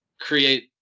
create